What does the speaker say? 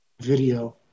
video